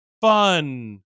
fun